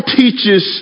teaches